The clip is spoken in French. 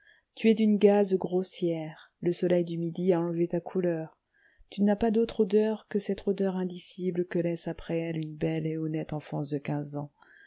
tu es d'une gaze grossière le soleil du midi a enlevé ta couleur tu n'as pas d'autre odeur que cette odeur indicible que laisse après elle une belle et honnête enfance de quinze ans